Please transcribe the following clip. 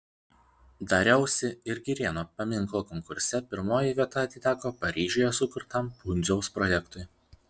dariausi ir girėno paminklo konkurse pirmoji vieta atiteko paryžiuje sukurtam pundziaus projektui